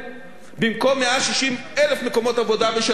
במקום 160,000 מקומות עבודה בשלוש שנים,